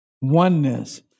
Oneness